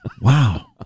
Wow